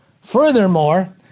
Furthermore